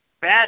bad